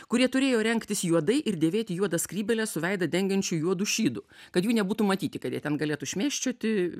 kurie turėjo rengtis juodai ir dėvėti juodas skrybėles su veidą dengiančiu juodu šydu kad jų nebūtų matyti kad jie ten galėtų šmėkščioti